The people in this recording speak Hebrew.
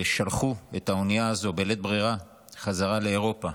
שלחו את האונייה הזו בלית ברירה חזרה לאירופה.